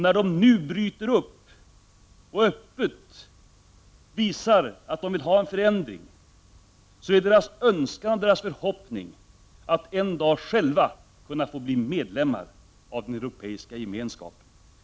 När dessa nu bryts upp och människorna öppet visar att de vill ha en förändring är det deras önskan och förhoppning att en dag själva kunna få bli medlemmar av Europeiska gemenskapen.